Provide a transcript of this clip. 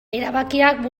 erabakiak